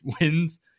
wins